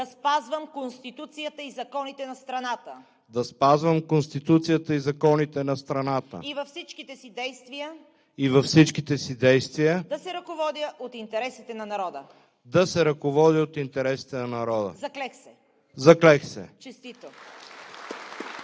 да спазвам Конституцията и законите на страната и във всичките си действия да се ръководя от интересите на народа. Заклех се!“ (Ръкопляскания.)